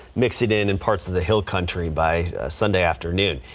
mix it in in parts of the hill country by sunday afternoon.